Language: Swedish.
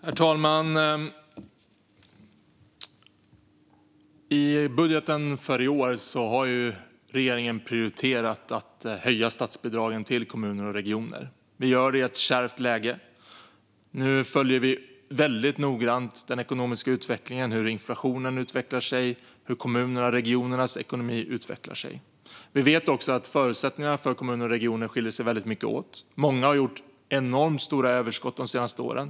Herr talman! I budgeten för i år har regeringen prioriterat att höja statsbidragen till kommuner och regioner. Vi gör det i ett kärvt läge. Nu följer vi väldigt noga den ekonomiska utvecklingen - hur inflationen utvecklas och hur kommunernas och regionernas ekonomi utvecklas. Vi vet också att förutsättningarna för kommuner och regioner skiljer sig väldigt mycket åt. Många har gjort enormt stora överskott de senaste åren.